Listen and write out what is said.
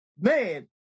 man